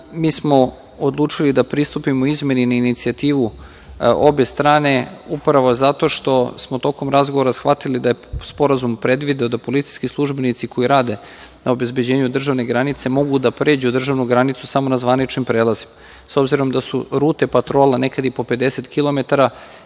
mi smo odlučili da pristupimo izmeni na inicijativu obe strane zato što smo tokom razgovora shvatili da je Sporazum predvideo da policijski službenici, koji rade na obezbeđenju državne granice, mogu da pređu državnu granicu samo na zvaničnim prelazima. S obzirom da su rute patrola nekada i po 50 km,